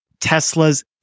Tesla's